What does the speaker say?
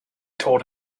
told